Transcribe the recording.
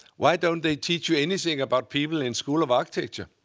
why don't they teach you anything about people in school of architecture?